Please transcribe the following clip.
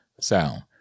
sound